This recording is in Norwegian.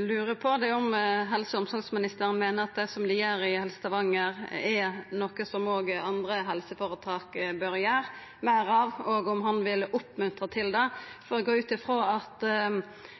lurer på, er om helse- og omsorgsministeren meiner at det dei gjer i Helse Stavanger, er noko som òg andre helseføretak bør gjera meir av, og om han vil oppmuntra til det. Eg går ut frå at